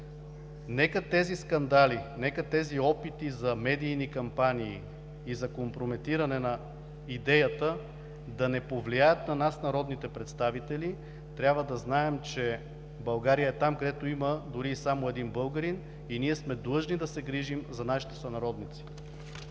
Нека тези скандали, тези опити за медийни кампании и за компрометиране на идеята да не повлияят на нас, народните представители. Трябва да знаем, че България е там, където има дори и само един българин, и ние сме длъжни да се грижим за нашите сънародници.